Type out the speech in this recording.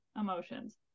emotions